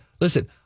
listen